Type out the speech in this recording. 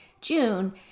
June